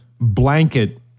blanket